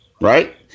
Right